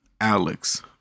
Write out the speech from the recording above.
Alex